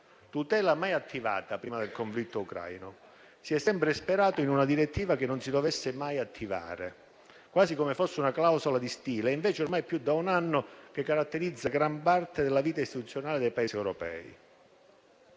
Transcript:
tutela mai attivata prima del conflitto ucraino. Si è sempre sperato in una direttiva che non si dovesse mai attivare, quasi come fosse una clausola di stile, e invece è ormai più di un anno che essa caratterizza gran parte della vita istituzionale dei Paesi europei.